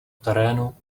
terénu